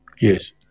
Yes